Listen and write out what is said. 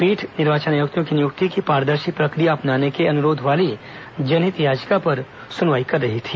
पीठ निर्वाचन आयुक्तों की नियुक्ति की पारदर्शी प्रक्रिया अपनाने के अनुरोध वाली जनहित याचिका पर सुनवाई कर रही थी